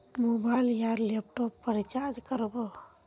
Mobile या laptop पेर recharge कर बो?